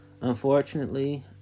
Unfortunately